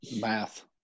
Math